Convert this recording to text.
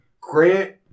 Grant